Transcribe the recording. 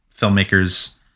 filmmakers